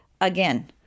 again